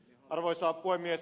arvoisa puhemies